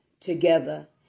Together